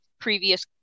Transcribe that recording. previous